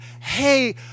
hey